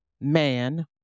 man